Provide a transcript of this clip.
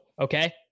okay